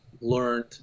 learned